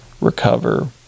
Recover